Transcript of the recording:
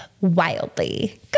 wildly